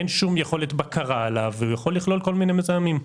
אין שום יכולת בקרה עליו והוא יכול לכלול כל מיני מזהמים.